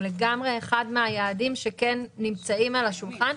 הוא לגמרי אחד מן היעדים שנמצאים על השולחן.